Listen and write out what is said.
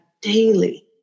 daily